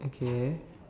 okay